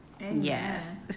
yes